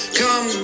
come